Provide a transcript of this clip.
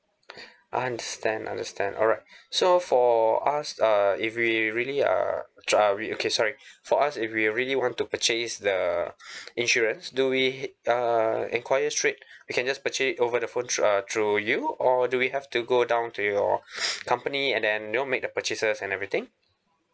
understand understand alright so for us uh if we really are are we okay sorry for us if we really want to purchase the insurance do we uh enquire straight or can just purchase it over the phone tr~ uh through you or do we have to go down to your company and then you know make the purchases and everything